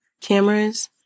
cameras